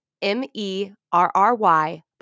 M-E-R-R-Y